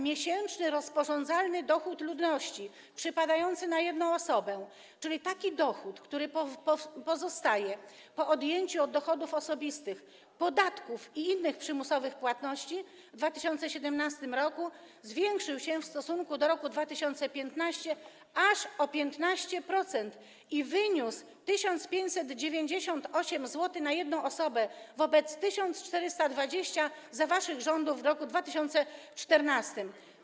Miesięczny rozporządzalny dochód ludności przypadający na jedną osobę, czyli taki dochód, który pozostaje po odjęciu od dochodów osobistych podatków i innych przymusowych płatności, w 2017 r. zwiększył się w stosunku do roku 2015 aż o 15% i wyniósł 1598 zł wobec 1420 zł za waszych rządów, w roku 2014.